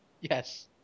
Yes